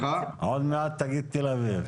-- עוד מעט תגיד תל-אביב.